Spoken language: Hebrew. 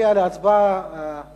ההצעה להעביר את הצעת חוק